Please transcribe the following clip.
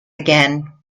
again